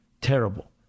Terrible